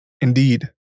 Indeed